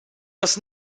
das